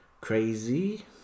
Crazy